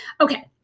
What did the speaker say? Okay